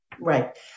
Right